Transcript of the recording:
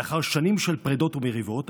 לאחר שנים של פרדות ומריבות,